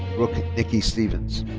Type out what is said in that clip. brooke nikki stephens.